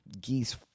geese